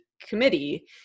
committee